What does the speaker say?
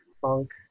funk